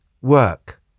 Work